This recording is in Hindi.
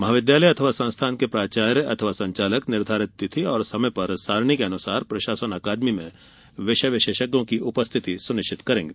महाविद्यालयसंस्थान के प्राचार्यसंचालक निर्धारित तिथि और समय पर सारणी के अनुसार प्रशासन अकादमी भोपाल में विषय विशेषज्ञों की उपस्थिति सुनिश्चित करेंगे